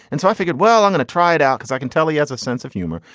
and so i figured, well, i going to try it out because i can tell he has a sense of humor.